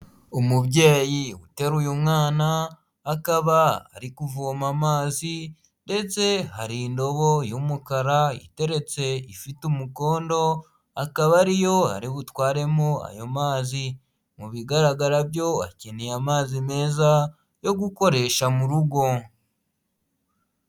Umubyeyi uteruye mwana akaba ari kuvoma amazi, ndetse hari indobo y'umukara iteretse ifite umukondo akaba ariyo aributwaremo ayo mazi, mu bigaragara byo akeneye amazi meza yo gukoresha mu rugo.